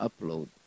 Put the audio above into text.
upload